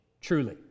truly